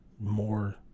more